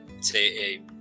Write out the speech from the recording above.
Say